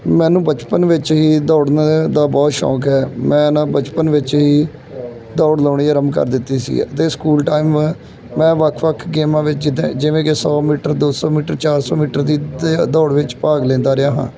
ਮੈਨੂੰ ਬਚਪਨ ਵਿੱਚ ਹੀ ਦੌੜਨੇ ਦਾ ਬਹੁਤ ਸ਼ੌਂਕ ਹੈ ਮੈਂ ਨਾ ਬਚਪਨ ਵਿੱਚ ਹੀ ਦੌੜ ਲਗਾਉਣੀ ਆਰੰਭ ਕਰ ਦਿੱਤੀ ਸੀ ਅਤੇ ਸਕੂਲ ਟਾਈਮ ਮੈਂ ਵੱਖ ਵੱਖ ਗੇਮਾਂ ਵਿੱਚ ਦ ਜਿਵੇਂ ਕਿ ਸੌ ਮੀਟਰ ਦੋ ਸੌ ਮੀਟਰ ਚਾਰ ਸੌ ਮੀਟਰ ਦੀ ਦੌੜ ਵਿੱਚ ਭਾਗ ਲੈਂਦਾ ਰਿਹਾ ਹਾਂ